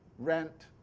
rent,